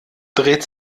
dreht